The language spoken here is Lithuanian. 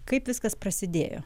kaip viskas prasidėjo